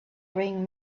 ring